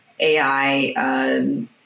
AI